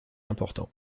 importants